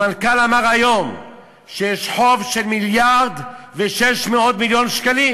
המנכ"ל אמר היום שיש חוב של מיליארד ו-600 מיליון שקלים.